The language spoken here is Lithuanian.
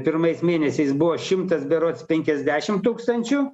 pirmais mėnesiais buvo šimtas berods penkiasdešim tūkstančių